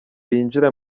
yinjira